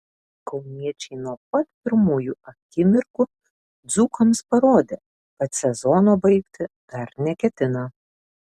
kauniečiai nuo pat pirmųjų akimirkų dzūkams parodė kad sezono baigti dar neketina